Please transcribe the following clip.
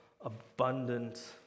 abundant